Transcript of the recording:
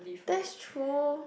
that's true